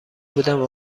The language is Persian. بودم